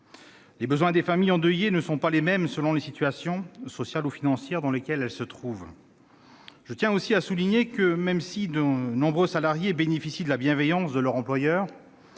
Les besoins des familles endeuillées ne sont pas les mêmes selon les situations, sociale ou financière, dans lesquelles elles se trouvent. Je tiens aussi à souligner que, même si de nombreux salariés bénéficient de la bienveillance de leur employeur